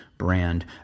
brand